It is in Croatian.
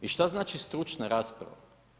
I što znači stručna rasprava.